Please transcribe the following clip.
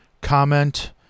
comment